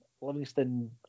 Livingston